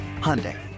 Hyundai